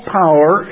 power